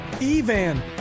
Evan